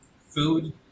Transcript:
food